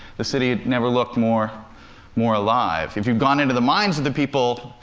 the city had never looked more more alive. if you'd gone into the minds of the people,